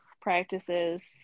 practices